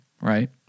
right